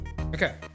Okay